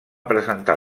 presentar